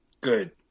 Good